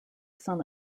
son